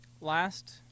last